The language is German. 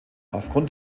aufgrund